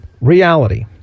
Reality